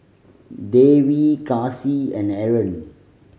Dewi Kasih and Aaron